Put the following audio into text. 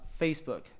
facebook